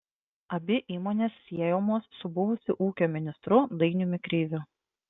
abi įmonės siejamos su buvusiu ūkio ministru dainiumi kreiviu